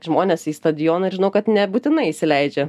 žmonės į stadioną ir žinau kad nebūtinai įsileidžia